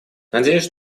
надеюсь